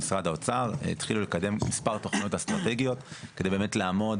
משרד האוצר התחילו לקדם מספר תכניות אסטרטגיות כדי לעמוד